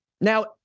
Now